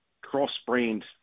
cross-brand